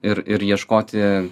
ir ir ieškoti